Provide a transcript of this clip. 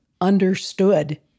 understood